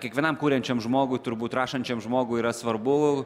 kiekvienam kuriančiam žmogui turbūt rašančiam žmogui yra svarbu